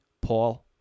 Paul